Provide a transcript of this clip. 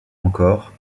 encore